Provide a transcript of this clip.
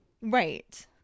Right